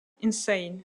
insane